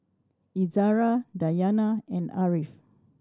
Izara Dayana and Ariff